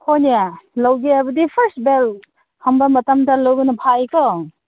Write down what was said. ꯍꯣꯏꯅꯦ ꯂꯧꯒꯦ ꯍꯥꯏꯕꯗꯤ ꯐꯥꯔꯁꯗꯣ ꯊꯝꯕ ꯃꯇꯝꯗ ꯂꯧꯕꯅ ꯐꯩ ꯀꯣ